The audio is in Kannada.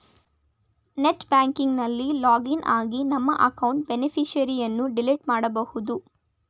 ನೆಟ್ ಬ್ಯಾಂಕಿಂಗ್ ನಲ್ಲಿ ಲಾಗಿನ್ ಆಗಿ ನಮ್ಮ ಅಕೌಂಟ್ ಬೇನಿಫಿಷರಿಯನ್ನು ಡಿಲೀಟ್ ಮಾಡಬೋದು